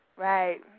Right